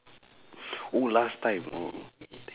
oh last time oh damn